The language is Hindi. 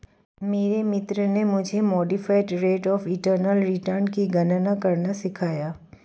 मेरे मित्र ने मुझे modified rate of internal return की गणना करना सिखाया